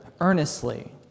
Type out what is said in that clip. earnestly